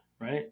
right